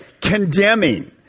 condemning